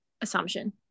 assumption